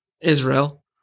Israel